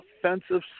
offensive